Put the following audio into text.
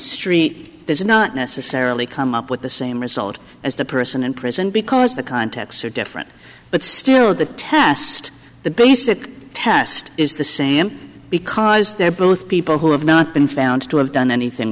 street does not necessarily come up with the same result as the person in prison because the contexts are different but still the tast the basic test is the same because they're both people who have not been found to have done anything